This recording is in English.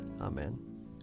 Amen